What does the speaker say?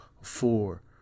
four